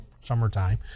summertime